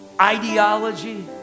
ideology